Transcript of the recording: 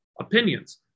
opinions